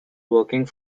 working